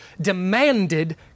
demanded